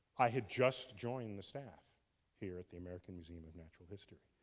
i had just joined the staff here at the american museum of natural history.